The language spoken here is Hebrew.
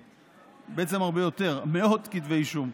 בעצם הרבה יותר: מאות כתבי אישום,